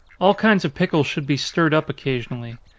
all kinds of pickles should be stirred up occasionally.